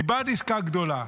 היא בעד עסקה גדולה.